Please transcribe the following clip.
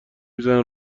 میزنه